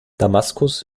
damaskus